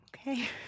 Okay